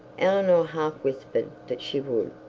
eleanor half whispered that she would,